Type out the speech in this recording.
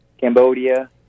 Cambodia